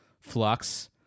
flux